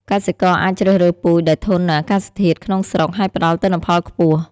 កសិករអាចជ្រើសរើសពូជដែលធន់នឹងអាកាសធាតុក្នុងស្រុក ហើយផ្តល់ទិន្នផលខ្ពស់។